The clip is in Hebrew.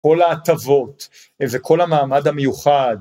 כל ההטבות וכל המעמד המיוחד.